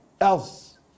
else